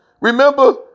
Remember